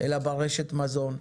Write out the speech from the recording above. אלא ברשת המזון.